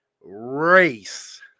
race